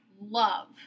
love